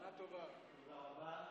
תודה רבה,